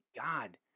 God